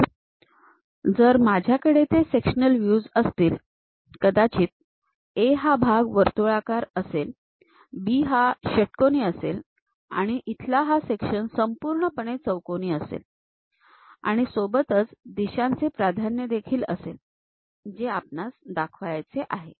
तर जरा माझ्याकडे ते सेक्शनल व्ह्यूज असतील कदाचित A हा भाग वर्तुळाकार असेल B हा षटकोनी असेल आणि इथला हा सेक्शन संपूर्णपणे चौकोनी असेल आणि सोबतच दिशांचे प्राधान्य देखील असेल जे आपणास दाखवायचे आहे